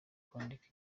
kwandika